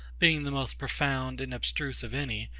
being the most profound and abstruse of any,